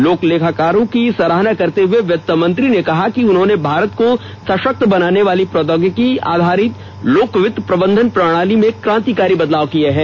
लोक लेखाकारों की सराहना करते हए वित्तमंत्री ने कहा कि उन्होंने भारत को सशक्त बनाने वाली प्रौद्योगिकी आधारित लोक वित्त प्रबंधन प्रणाली में क्रांतिकारी बदलाव किये हैं